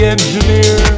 Engineer